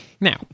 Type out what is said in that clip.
now